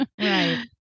right